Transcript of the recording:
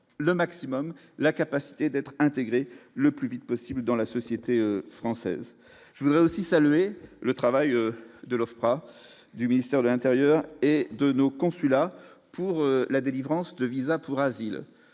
le maximum, la capacité d'être intégré le plus vite possible dans la société française, je voudrais aussi saluer le travail de l'Ofpra, du ministère de l'Intérieur et de nos consulats pour la délivrance de visas pour Aziz